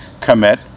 commit